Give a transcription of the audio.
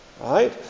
right